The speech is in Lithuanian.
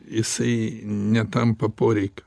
jisai netampa poreikiu